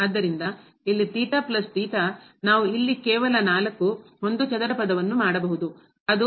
ಆದ್ದರಿಂದ ಇಲ್ಲಿ ನಾವು ಇಲ್ಲಿ ಕೇವಲ 4 ಒಂದು ಚದರ ಪದವನ್ನು ಮಾಡಬಹುದು ಅದು